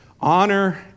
honor